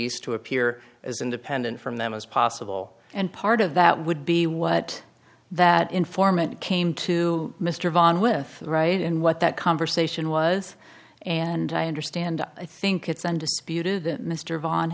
e to appear as independent from them as possible and part of that would be what that informant came to mr van with right in what that conversation was and i understand i think it's undisputed that mr von